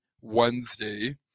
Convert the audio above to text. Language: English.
Wednesday